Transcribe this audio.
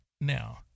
now